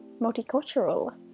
Multicultural